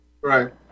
Right